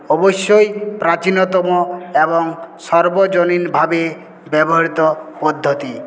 অবশ্যই প্রাচীনতম এবং সর্বজনীনভাবে ব্যবহৃত পদ্ধতি